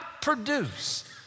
produce